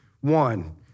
One